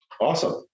Awesome